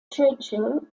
churchill